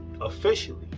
Officially